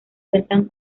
cuentan